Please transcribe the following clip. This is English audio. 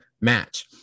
match